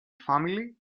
family